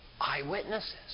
Eyewitnesses